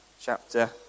chapter